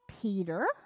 Peter